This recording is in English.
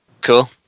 cool